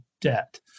debt